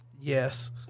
Yes